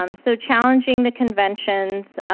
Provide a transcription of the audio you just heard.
um so challenging the conventions.